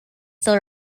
still